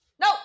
No